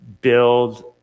build